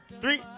three